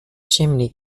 chimney